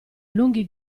lunghi